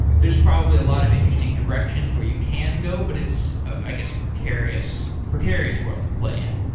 there's probably a lot of interesting directions where you can go, but it's, i guess, a precarious precarious world to play in.